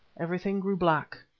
everything grew black,